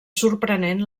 sorprenent